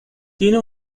tiene